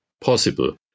possible